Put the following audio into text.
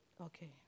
Okay